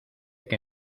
que